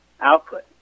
output